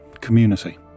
community